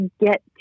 get